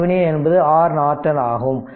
RThevenin என்பது R Norton ஆகும்